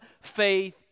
faith